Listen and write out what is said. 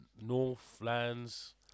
Northlands